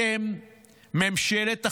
אתם ממשלת החורבן.